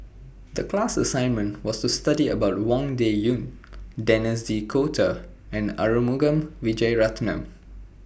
The class assignment was to study about Wang Dayuan Denis D'Cotta and Arumugam Vijiaratnam